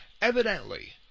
Evidently